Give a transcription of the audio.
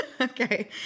Okay